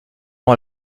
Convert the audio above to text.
ans